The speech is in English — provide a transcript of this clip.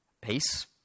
Peace